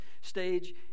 stage